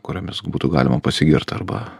kuriomis būtų galima pasigirt arba